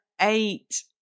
eight